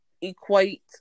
equate